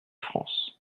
france